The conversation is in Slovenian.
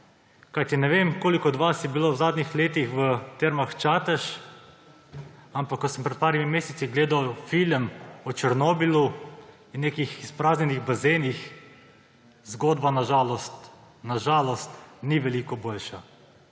Kajti ne vem, koliko od vas je bilo v zadnjih letih v Termah Čatež, ampak ko sem pred par meseci gledal film o Černobilu in nekih izpraznjenih bazenih, zgodba na žalost – na žalost – ni veliko boljša.